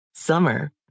Summer